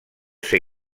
ser